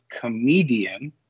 comedian